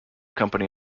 company